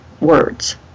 words